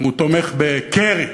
תומך בקרי,